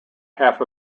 half